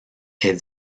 est